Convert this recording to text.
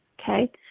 okay